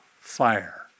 fire